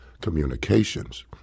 communications